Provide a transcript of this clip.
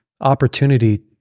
opportunity